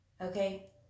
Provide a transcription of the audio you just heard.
okay